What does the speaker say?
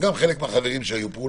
וגם חלק מהחברים שהיו פה,